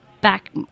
back